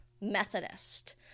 Methodist